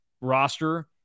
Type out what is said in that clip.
roster